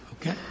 Okay